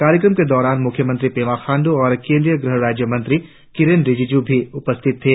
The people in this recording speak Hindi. कार्यक्रम के दौरान मुख्यमंत्री पेमा खांडू और केंद्रीय गृह राज्यमंत्री किरेन रिजिजू भी मौजूद थे